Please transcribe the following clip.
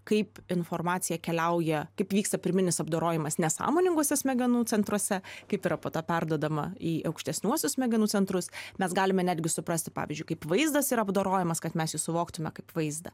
kaip informacija keliauja kaip vyksta pirminis apdorojimas nesąmoninguose smegenų centruose kaip yra po to perduodama į aukštesniuosius smegenų centrus mes galime netgi suprasti pavyzdžiui kaip vaizdas yra apdorojamas kad mes jį suvoktume kaip vaizdą